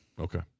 Okay